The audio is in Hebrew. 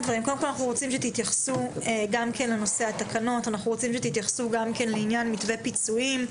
רוצים שתתייחסו לנושא התקנות ולעניין מתווה הפיצויים,